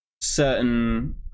certain